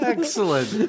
Excellent